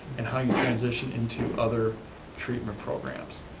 and how you transition into other treatment programs,